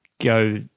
go